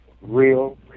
real